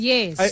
Yes